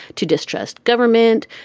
to distrust government.